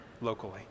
locally